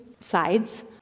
sides